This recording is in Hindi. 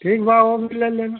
ठीक बा और ले लेना